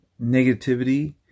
negativity